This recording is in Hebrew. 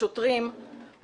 השוטרים,